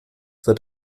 wird